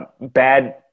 bad